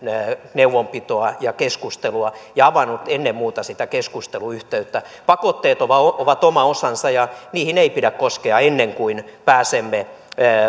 neuvonpitoa ja keskustelua ja avannut ennen muuta sitä keskusteluyhteyttä pakotteet ovat ovat oma osansa ja niihin ei pidä koskea ennen kuin pääsemme